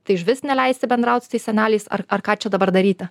tai išvis neleisti bendraut su tais seneliais ar ar ką čia dabar daryti